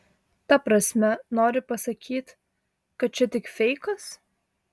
ta prasme nori pasakyt kad čia tik feikas